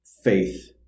Faith